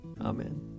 Amen